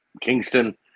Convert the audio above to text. Kingston